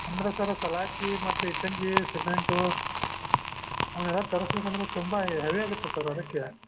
ಅಂದರೆ ಸರ್ ಸಲಾಕಿ ಮತ್ತು ಇಟ್ಟಂಗಿ ಸಿಮೆಂಟೂ ಅವನ್ನೆಲ್ಲ ತರ್ಸಬೇಕು ಅಂದರೆ ತುಂಬ ಹೆವಿಯಾಗತ್ತೆ ಸರ್ ಅದಕ್ಕೆ